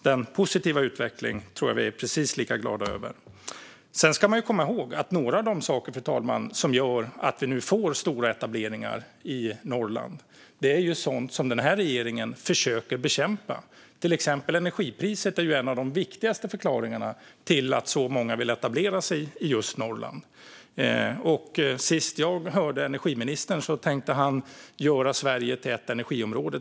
Den positiva utvecklingen tror jag att vi är precis lika glada över. Sedan ska man komma ihåg, fru talman, att några av de saker som gör att vi nu får stora etableringar i Norrland är sådant som den här regeringen försöker bekämpa. Till exempel är energipriset en av de viktigaste förklaringarna till att så många vill etablera sig i just Norrland. Senast jag hörde energiministern tänkte han göra Sverige till ett energiområde.